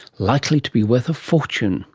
likely to be worth a fortune!